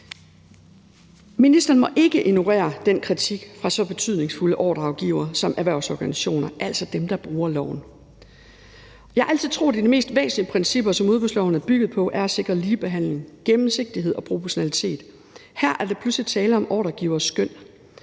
Ministeren må ikke ignorere den kritik fra så betydningsfulde ordregivere som erhvervsorganisationer, altså dem, der bruger loven. Jeg har altid troet, at de mest væsentlige principper, som udbudsloven er bygget på, er at sikre ligebehandling, gennemsigtighed og proportionalitet. Her er der pludselig tale om ordregiveres skøn.